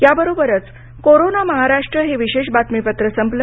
याबरोबरच कोरोना महाराष्ट्र हे विशेष बातमीपत्र संपलं